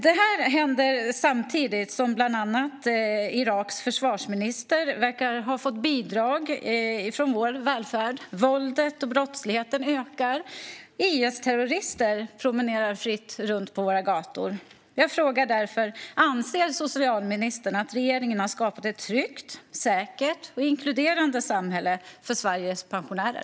Det här händer samtidigt som Iraks försvarsminister verkar ha fått bidrag från vår välfärd, samtidigt som våldet och brottsligheten ökar och samtidigt som IS-terrorister promenerar fritt på våra gator. Jag frågar därför: Anser socialministern att regeringen har skapat ett tryggt, säkert och inkluderande samhälle för Sveriges pensionärer?